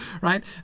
right